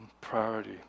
priority